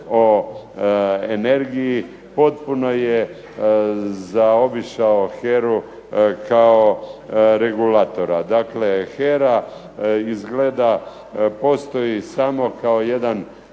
o energiji, potpuno je zaobišao HERA-u kao regulatora. Dakle, HERA izgleda postoji samo kao jedan